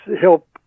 help